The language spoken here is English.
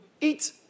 eat